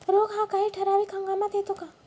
रोग हा काही ठराविक हंगामात येतो का?